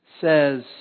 says